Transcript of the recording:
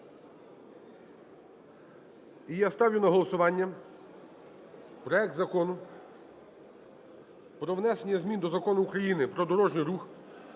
І я ставлю на голосування проект Закону про внесення змін до Закону України "Про дорожній рух"